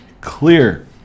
clear